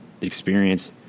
experience